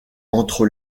entre